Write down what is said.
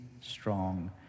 strong